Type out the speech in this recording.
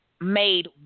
made